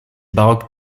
baroque